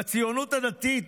בציונות הדתית,